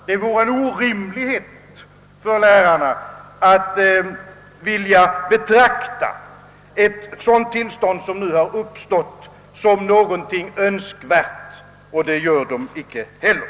Det vore en orimlighet av lärarna att betrakta det tillstånd som uppstått som något önskvärt. Det gör de inte heller.